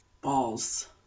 Balls